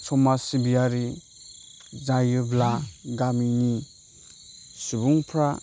समाज सिबियारि जायोब्ला गामिनि सुबुंफ्रा